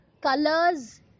colors